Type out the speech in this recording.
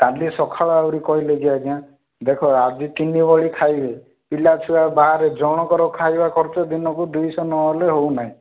କାଲି ସକାଳେ ଆହୁରି କହିଲେ କି ଆଜ୍ଞା ଦେଖ ଆଜି ତିନି ଓଳି ଖାଇବେ ପିଲାଛୁଆ ବାହାରେ ଜଣଙ୍କର ଖାଇବା ଖର୍ଚ୍ଚ ଦିନକୁ ଦୁଇଶହ ନହେଲେ ହେଉନାହିଁ